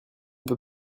peux